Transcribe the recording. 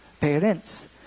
Parents